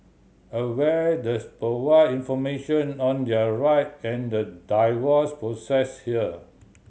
aware does provide information on their right and the divorce process here